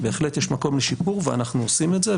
בהחלט יש מקום לשיפור ואנחנו עושים את זה,